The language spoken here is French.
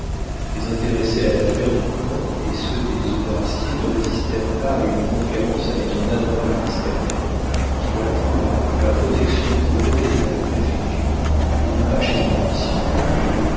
les intéressés à l'affaire du pont et ceux des eaux d'arcier ne résistèrent pas à une conférence avec un adroit ministériel qui leur prouva que la protection pour eux était à la préfecture et non pas chez un ambitieux